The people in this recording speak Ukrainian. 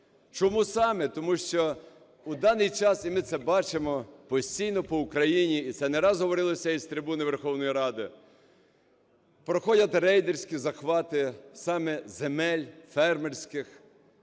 Чому саме? Тому що у даний час, і ми це бачимо постійно по Україні, і це не раз говорилося з трибуни Верховної Ради, проходять рейдерські захвати саме земель фермерських,